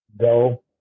go